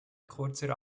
kurzer